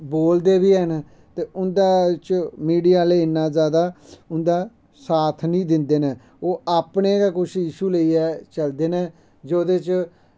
बोलदे बी हैन ते उं'दै च मिडिया ओह्ले इन्ना जैदा उं'दा साथ निं दिंदे न ओह् अपने गै कुछ इशु लेइयै चलदे न जेह्दे च